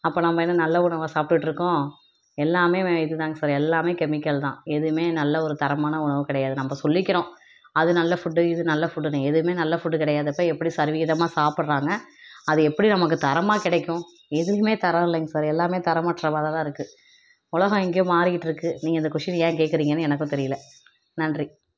அப்போ நம்ம என்ன நல்ல உணவாக சாப்பிட்டுட்டு இருக்கோம் எல்லாமே இது தாங்க சார் எல்லாமே கெமிக்கல் தான் எதுவுமே நல்ல ஒரு தரமான உணவு கிடையாது நம்ம சொல்லிக்கிறோம் அது நல்ல ஃபுட்டு இது நல்ல ஃபுட்டுன்னு எதுவுமே நல்ல ஃபுட்டு கிடையாதப்ப எப்படி சரிவிகிதமாக சாப்பிட்றாங்க அது எப்படி நமக்கு தரமாக கிடைக்கும் எதுவுமே தரம் இல்லைங்க சார் எல்லாமே தரமற்றமாததான் இருக்குது உலகம் எங்கேயோ மாறிக்கிட்டு இருக்குது நீங்கள் இந்த கொஸ்டின் ஏன் கேட்குறீங்கன்னு எனக்கும் தெரியலை நன்றி